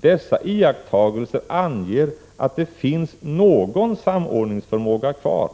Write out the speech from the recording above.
Dessa iakttagelser anger att det finns någon samordningsförmåga kvar.